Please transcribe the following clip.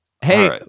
Hey